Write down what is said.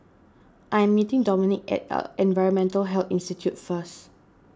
I am meeting Dominik at Environmental Health Institute first